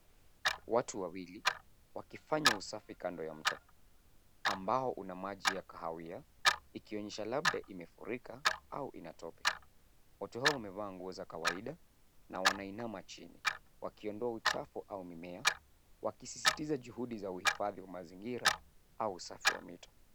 Watu wawili wakifanya usafi kando ya mto ambao una maji ya kahawia ikionyesha labda imefurika au ina tope. Watu hao wamevaa nguo za kawaida na wanainama chini wakiondoa uchafu au mimea wakisisitiza juhudi za uhifadhi wa mazingira au usafi wa mito.